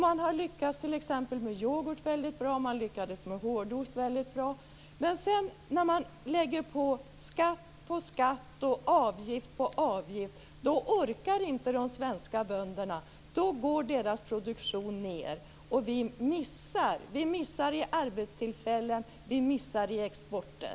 Man har t.ex. lyckats väldigt bra med yoghurt och med hårdost, men när man lägger på skatt på skatt och avgift på avgift orkar inte de svenska bönderna, utan då går deras produktion ned, och vi missar arbetstillfällen och exportmöjligheter.